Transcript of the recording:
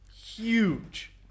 huge